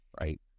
right